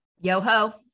Yo-ho